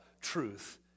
truth